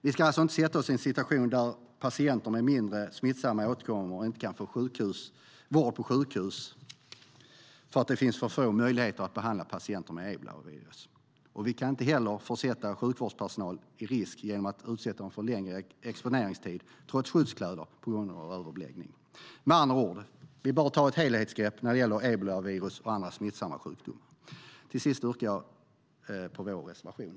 Vi ska alltså inte sätta oss i en situation där patienter med mindre smittsamma åkommor inte kan få vård på sjukhus för att det finns för få möjligheter att behandla patienter med ebolavirus. Vi kan heller inte försätta sjukvårdspersonalen i risk genom att utsätta dem för en längre exponeringstid, trots skyddskläder, på grund av överbeläggningar. Med andra ord bör vi ta ett helhetsgrepp när det gäller ebolaviruset och andra smittsamma sjukdomar. Till sist yrkar jag bifall till vår reservation.